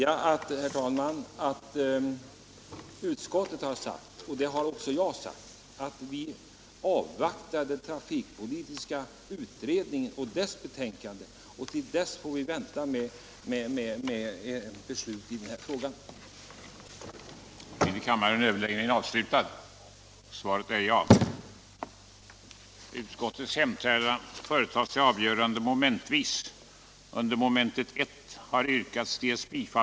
Herr talman! Utskottet har sagt, och det har jag också gjort, att vi avvaktar den trafikpolitiska utredningens betänkande. Till dess bör det få anstå med beslut i den fråga herr Olsson i Edane har tagit upp.